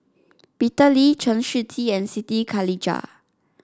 Peter Lee Chen Shiji and Siti Khalijah